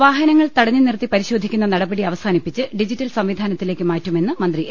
വാഹനങ്ങൾ തടഞ്ഞുനിർത്തി പരിശോധി ക്കുന്ന നടപടി അവസാനിപ്പിച്ച് ഡിജിറ്റൽ സംവിധാനത്തിലേക്ക് മാറ്റു മെന്ന് മന്ത്രി എ